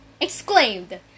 exclaimed